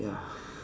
ya